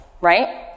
Right